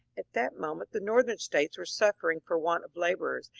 at that moment the northern states were suffering for want of labourers,